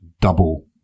double